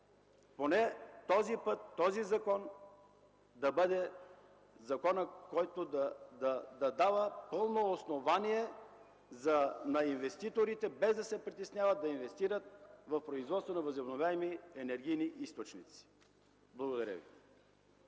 поне този път този закон да бъде законът, който да дава пълно основание на инвеститорите – без да се притесняват да инвестират в производството на възобновяеми енергийни източници. Благодаря Ви.